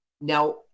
Now